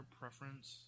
preference